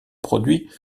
produit